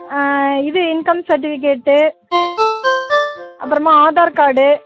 இது income certificate அப்புறமா Aadhaar card